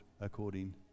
according